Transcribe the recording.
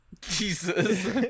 Jesus